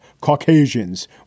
Caucasians